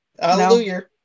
Hallelujah